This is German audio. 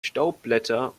staubblätter